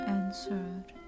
answered